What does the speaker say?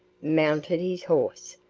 mounted his horse,